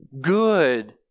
good